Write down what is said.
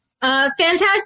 Fantastic